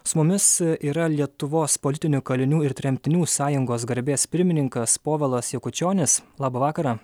su mumis yra lietuvos politinių kalinių ir tremtinių sąjungos garbės pirmininkas povilas jakučionis labą vakarą